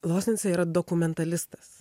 loznica yra dokumentalistas